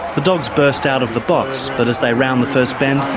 the dogs burst out of the box, but as they round the first bend,